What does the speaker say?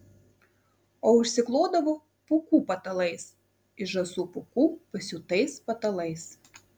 o užsiklodavo pūkų patalais iš žąsų pūkų pasiūtais patalais